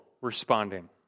responding